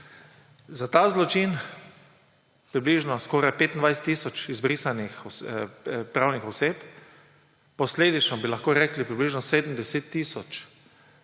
Za ta zločin, skoraj 25 tisoč izbrisanih pravnih oseb, posledično bi lahko rekli približno 70 tisoč